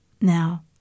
Now